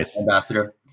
ambassador